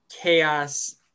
chaos